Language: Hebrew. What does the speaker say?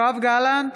יואב גלנט,